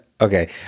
Okay